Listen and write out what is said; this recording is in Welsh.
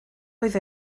oedd